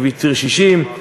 בציר 60,